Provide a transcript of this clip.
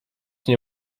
nie